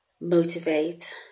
motivate